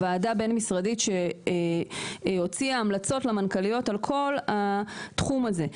לוועדה בין-משרדית שהוציאה המלצות למנכ"ליות על כל התחום הזה.